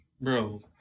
bro